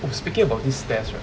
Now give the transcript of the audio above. speaking about this test right